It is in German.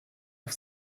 auf